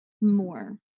more